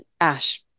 Ash